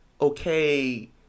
okay